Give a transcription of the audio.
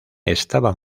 estaba